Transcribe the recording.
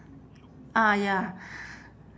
ah ya